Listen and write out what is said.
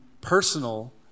personal